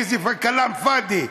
איזה כלאם פאד'י.